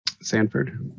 Sanford